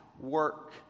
work